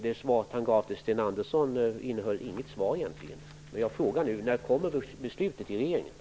Det svar han gav till Sten Andersson innehöll egentligen inte något besked.